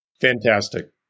Fantastic